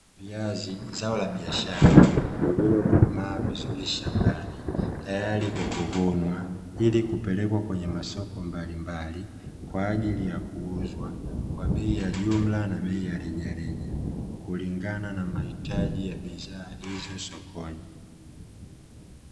Viazi zao la biashara lililokomaa vizuri shambani tayari kwa kuvunwa ili kupelekwa kwenye masoko mbalimbali kwa ajili ya kuuzwa, kwa bei ya jumla na bei ya rejareja kulingana na mahitaji ya bidhaa hizo sokoni.